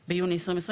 כבר ביוני 2020,